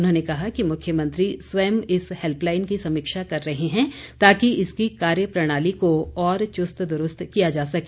उन्होंने कहा कि मुख्यमंत्री स्वयं इस हैल्पलाईन की समीक्षा कर रहे हैं ताकि इसकी कार्यप्रणाली को और चुस्त दुरूस्त किया जा सके